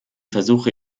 versuche